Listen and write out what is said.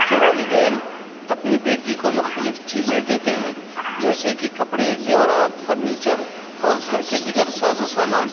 کے والدین اپنی بیٹی کو مختلف چیزیں دیتے ہیں جیسے کہ کپڑے زیورات فرنیچر اور گھر کے دیگر ساز و سامان